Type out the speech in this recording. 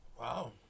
Wow